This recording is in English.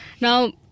now